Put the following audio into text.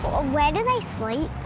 where do they sleep?